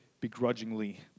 begrudgingly